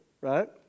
right